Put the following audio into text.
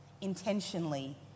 Intentionally